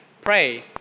pray